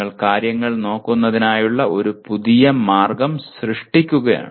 നിങ്ങൾ കാര്യങ്ങൾ നോക്കുന്നതിനുള്ള ഒരു പുതിയ മാർഗം സൃഷ്ടിക്കുകയാണ്